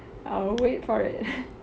I'll wait for it